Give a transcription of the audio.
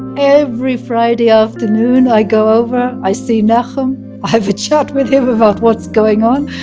every friday ah afternoon i go over, i see nahum. i have a chat with him about what's going on,